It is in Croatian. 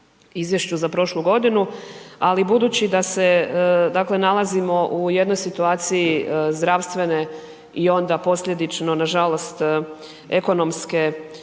izvješću za prošlu godinu, ali budući da se dakle nalazimo u jednoj situaciji zdravstvene i onda posljedično nažalost ekonomske